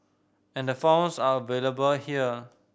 and the forms are available here